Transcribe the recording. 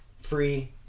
free